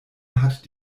hat